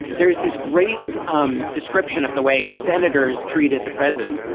there is this great um description of the way senators treated the president.